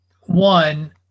one